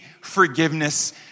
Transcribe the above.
forgiveness